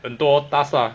很多 task ah